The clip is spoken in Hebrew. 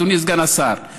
אדוני סגן השר,